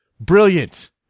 Brilliant